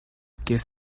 give